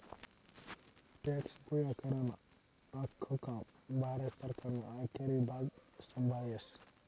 tax गोया करानं आख्खं काम भारत सरकारनं आयकर ईभाग संभायस